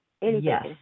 Yes